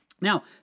Now